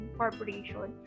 corporation